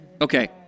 Okay